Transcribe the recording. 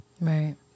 Right